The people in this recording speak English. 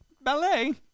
ballet